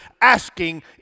asking